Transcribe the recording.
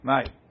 Right